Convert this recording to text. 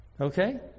okay